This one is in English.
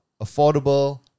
affordable